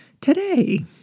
today